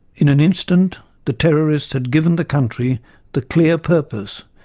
in an instant the terrorists had given the country the clear purpose,